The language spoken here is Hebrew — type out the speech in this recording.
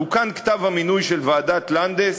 תוקן כתב המינוי של ועדת לנדס